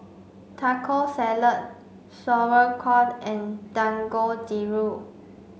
Taco Salad Sauerkraut and Dangojiru